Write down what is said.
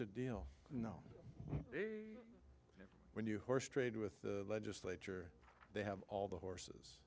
a deal you know when you horse trade with the legislature they have all the horses